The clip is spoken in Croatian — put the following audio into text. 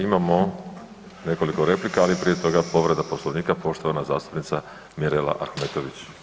Imamo nekoliko replika, ali prije toga povreda Poslovnika, poštovana zastupnica Mirela Ahmetović.